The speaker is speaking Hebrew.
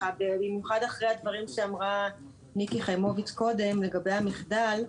במיוחד אחרי הדברים שאמרה מיקי חיימוביץ' קודם לגבי המחדל.